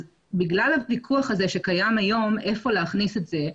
בגלל הוויכוח הזה שקיים היום, היכן להכניס את זה,